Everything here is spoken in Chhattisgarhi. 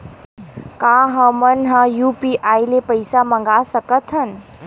का हमन ह यू.पी.आई ले पईसा मंगा सकत हन?